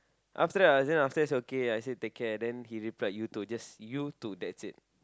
after that I was then after that say okay I said take care then he replied you too just you too that's it